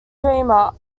dreamer